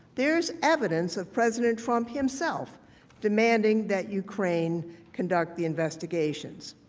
there is evidence of president trump himself demanding that ukraine conducts the investigations.